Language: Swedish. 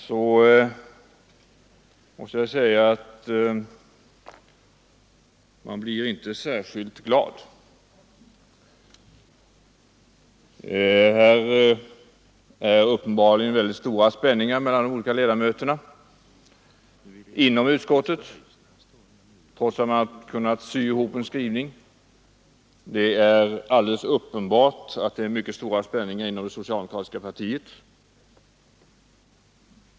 Här råder uppenbarligen stora spänningar mellan ledamöterna i utskottet, trots att de har kunnat komma överens om en skrivning. Och alldeles uppenbart råder det också mycket stora spänningar inom det socialdemokratiska partiet.